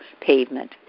pavement